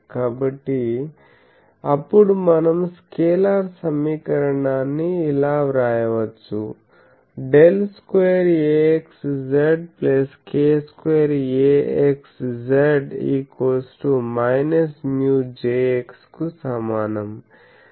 కాబట్టి అప్పుడు మనము స్కేలార్ సమీకరణాన్ని ఇలా వ్రాయవచ్చు ∇2 Axz k 2 Axz μ jx కు సమానం